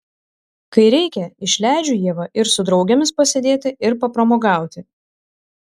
kai reikia išleidžiu ievą ir su draugėmis pasėdėti ir papramogauti